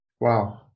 Wow